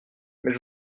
mais